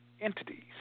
entities